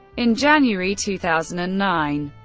in january two thousand and nine,